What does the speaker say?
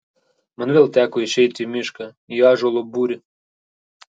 man vėl teko išeiti į mišką į ąžuolo būrį